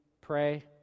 pray